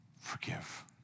forgive